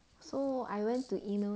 so I went to email